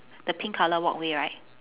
the pink colour walkway right